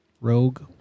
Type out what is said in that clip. Rogue